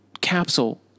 capsule